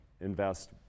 invest